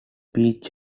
beach